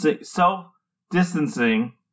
self-distancing